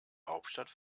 hauptstadt